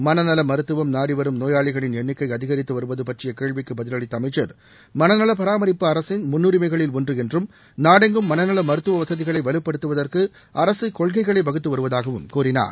மனநல மருத்துவம் நாடிவரும் நோயாளிகளின் எண்ணிக்கை அதிகரித்து வருவது பற்றிய கேள்விக்கு பதிலளித்த அமைச்சர் மனநல பராமரிப்பு அரசின் முன்னுரிமைகளில் ஒன்று என்றும் நாடெங்கும் மனநல மருத்துவ வசதிகளை வலுப்படுத்துவதற்கு அரசு கொள்கைகளை வகுத்து வருவதாகவும் கூறினார்